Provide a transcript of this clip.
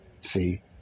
See